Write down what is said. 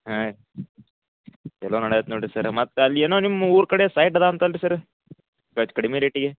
ಹಾಂ ಚೊಲೋ ನಡ್ಯತ್ತೆ ನೋಡಿರಿ ಸರ್ರ ಮತ್ತೆ ಅಲ್ಲಿ ಏನೋ ನಿಮ್ಮ ಊರ ಕಡೆ ಸೈಟ್ ಇದಾವ್ ಅಂತಲ್ಲ ರೀ ಸರ್ರ ಕಡಿಮೆ ರೇಟಿಗೆ